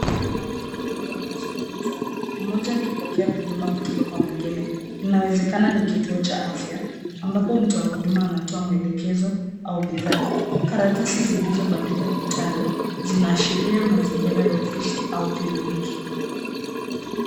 Wanawake wawili wanazungumza, mmoja akipokea huduma kutoka kwa mwingine, inawezekena ni kituo cha afya ambapo mtu wa hudumu anatoa maelezo au bidhaa. Karatasi zilizobandikwa ukutani zinaashiria mazingira ya ofisi au kliniki.